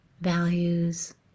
values